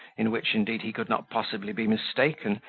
in which, indeed, he could not possibly be mistaken,